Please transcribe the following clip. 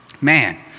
Man